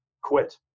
quit